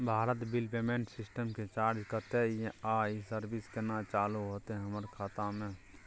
Bharat bill payment system के charge कत्ते इ आ इ सर्विस केना चालू होतै हमर खाता म?